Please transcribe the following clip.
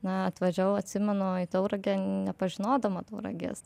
na atvažiavau atsimenu į tauragę nepažinodama tauragės